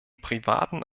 privaten